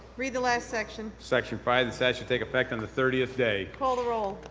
read the last section. section five, this act shall take effect on the thirtieth day. call the roll.